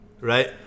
right